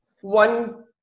one